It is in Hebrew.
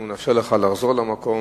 אנחנו נאפשר לך לחזור למקום